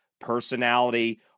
personality